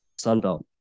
Sunbelt